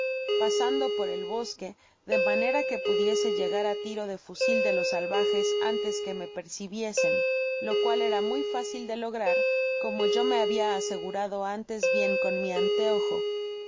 pasando por el bosque de manera que pudiese llegar á tiro de fusil de los salvajes antes que me percibiesen lo cuál era muy fácil de lograr como yo me habia asegurado antes bien con mi anteojo a